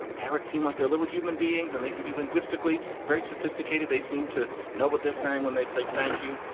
and parrots seem like they're a little human beings and they can be linguistically very sophisticated. they seem to know what they're saying when they say thank you.